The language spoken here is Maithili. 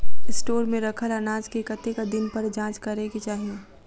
स्टोर मे रखल अनाज केँ कतेक दिन पर जाँच करै केँ चाहि?